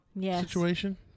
situation